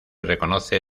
reconoce